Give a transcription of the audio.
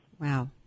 Wow